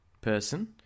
person